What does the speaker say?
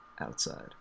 outside